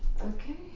Okay